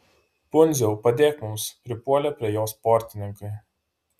pundziau padėk mums pripuolė prie jo sportininkai